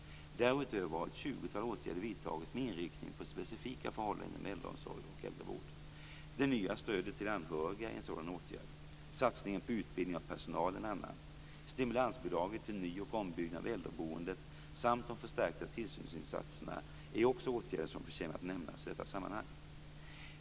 Därutöver har ett 20-tal åtgärder vidtagits med inriktning på specifika förhållanden inom äldreomsorg och äldrevård. Det nya stödet till anhöriga är en sådan åtgärd. Satsningen på utbildning av personal en annan. Stimulansbidraget till ny och ombyggnad av äldreboendet samt de förstärkta tillsynsinsatserna är också åtgärder som förtjänar att nämnas i detta sammanhang.